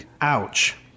Ouch